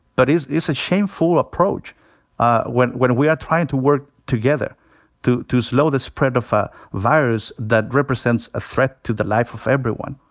but it's it's a shameful approach ah when when we are trying to work together to to slow the spread of a virus that represents a threat to the life of everyone.